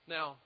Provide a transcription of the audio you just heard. Now